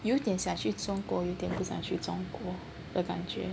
有点想去中国一点不想去中国的感觉